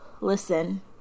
Listen